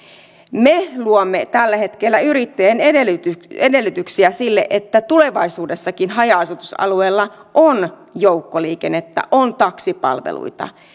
me luomme tällä hetkellä yrittäjille edellytyksiä edellytyksiä sille että tulevaisuudessakin haja asutusalueilla on joukkoliikennettä on taksipalveluita